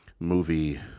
movie